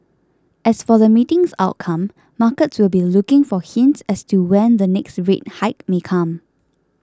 as for the meeting's outcome markets will be looking for hints as to when the next rate hike may come